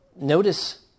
Notice